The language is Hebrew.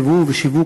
ייבוא ושיווק,